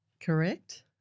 correct